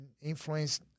influence